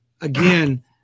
again